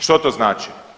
Što to znači?